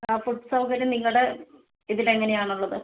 അ food സൗകര്യം നിങ്ങളുടെ ഇതില് എങ്ങനെയാണുള്ളത്